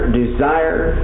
desire